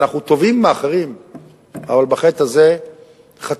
ואנחנו טובים מאחרים אבל בחטא הזה חטאנו.